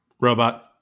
Robot